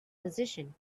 position